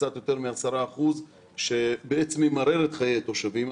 קצת יותר מ-10 אחוזים שממרר את חיי התושבים,